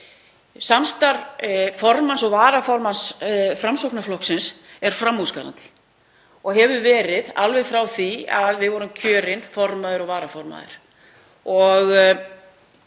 Samstarf formanns og varaformanns Framsóknarflokksins er framúrskarandi og hefur verið alveg frá því að við vorum kjörin formaður og varaformaður.